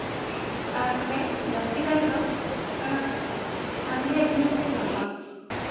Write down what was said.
ᱟᱨ ᱚᱸᱰᱮ ᱡᱟᱹᱥᱛᱤ ᱠᱟᱭ ᱛᱮᱫᱚ ᱚᱱᱟ ᱥᱟᱸᱠ ᱨᱮᱭᱟᱜ ᱡᱤᱱᱤᱥᱜᱮ ᱧᱟᱢᱚᱜᱼᱟ